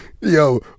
yo